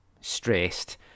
stressed